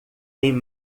tem